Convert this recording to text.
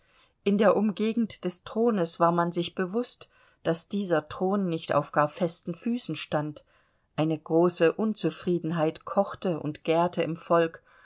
in der umgegend des thrones war man sich bewußt daß dieser thron nicht auf gar festen füßen stand eine große unzufriedenheit kochte und gährte im volk